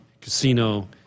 Casino